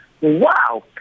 Wow